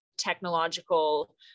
technological